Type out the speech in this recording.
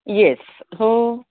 yes हो